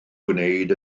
gwneud